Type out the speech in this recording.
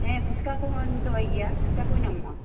ᱦᱮᱸ ᱯᱷᱩᱪᱠᱟ ᱠᱚᱦᱚᱧ ᱫᱚᱦᱚᱭ ᱜᱮᱭᱟ ᱯᱷᱩᱪᱠᱟ ᱠᱚᱦᱚᱸ ᱧᱟᱢᱚᱜᱼᱟ